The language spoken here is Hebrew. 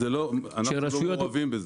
אנחנו לא מעורבים בזה.